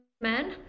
men